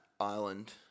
island